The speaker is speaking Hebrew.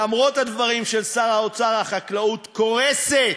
למרות הדברים של שר האוצר, החקלאות קורסת,